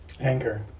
anger